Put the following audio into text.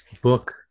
book